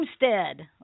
Homestead